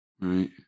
right